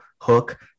hook